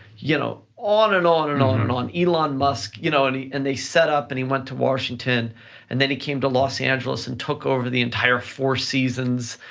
you know on and on and on and on, elon musk, you know and he and they set up and he went to washington and then he came to los angeles and took over the entire four seasons,